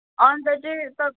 अनि त चाहिँ तप्